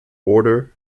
order